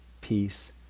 peace